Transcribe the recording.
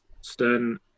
stern